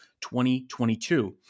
2022